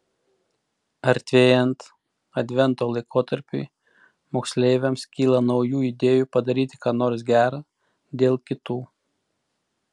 artėjant advento laikotarpiui moksleiviams kyla naujų idėjų padaryti ką nors gera dėl kitų